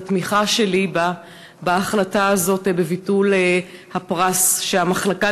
את התמיכה שלי בהחלטה הזאת של ביטול הפרס שהמחלקה